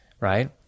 right